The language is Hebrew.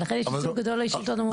ולכן יש ייצוג גדול לשלטון המקומי.